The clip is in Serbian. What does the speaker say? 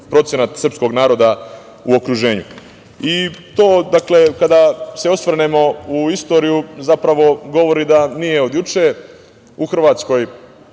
procenat srpskog naroda u okruženju. Kada se osvrnemo u istoriju, zapravo, govori da nije od juče. U Hrvatskoj